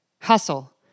Hustle